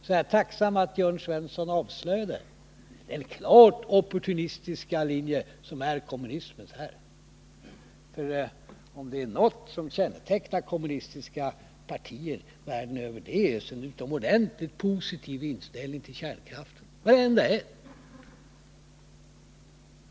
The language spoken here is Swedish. Jag är tacksam för att Jörn Svensson avslöjade den klart opportunistiska linje som här är kommunismens. Om det är något som kännetecknar kommunistpartier världen över är det den utomordentligt positiva inställning till kärnkraft som de alla har.